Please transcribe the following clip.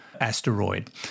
asteroid